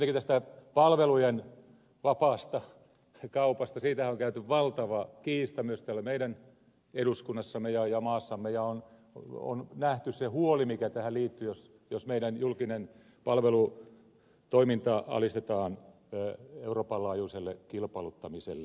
kuitenkin palvelujen vapaasta kaupasta on käyty valtava kiista myös täällä meidän eduskunnassamme ja maassamme ja on nähty se huoli mikä tähän liittyy jos meidän julkinen palvelutoimintamme alistetaan euroopan laajuiselle kilpailuttamiselle